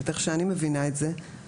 איך שאני מבינה את זה,